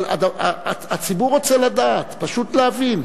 אבל הציבור רוצה לדעת, פשוט להבין.